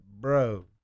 bro